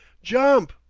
jump!